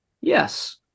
Yes